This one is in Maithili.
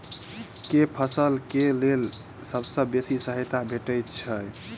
केँ फसल केँ लेल सबसँ बेसी सहायता भेटय छै?